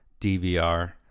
DVR